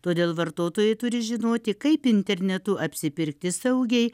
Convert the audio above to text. todėl vartotojai turi žinoti kaip internetu apsipirkti saugiai